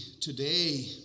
today